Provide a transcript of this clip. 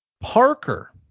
Parker